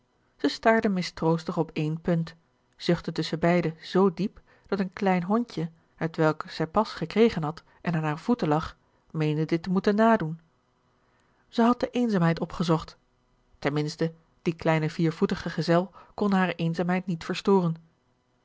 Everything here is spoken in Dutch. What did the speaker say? zij staarde mistroostig op één punt zuchtte tusschenbeide zoo diep dat een klein hondje hetwelk zij pas gekregen had en aan hare voeten lag meende dit te moeten nadoen zij had de eenzaamheid opgezocht ten minste die kleine viervoetige gezel kon hare eenzaamheid niet verstoren